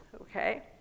okay